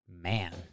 Man